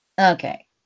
Okay